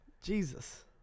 Jesus